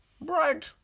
Bread